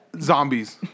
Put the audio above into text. Zombies